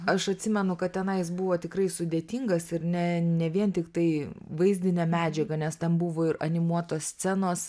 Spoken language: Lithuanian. aš atsimenu kad tenais buvo tikrai sudėtingas ir ne ne vien tiktai vaizdinę medžiagą nes ten buvo ir animuotos scenos